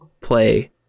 play